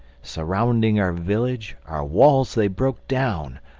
surrounding our village, our walls they broke down.